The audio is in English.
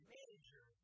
major